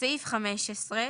בסעיף 15,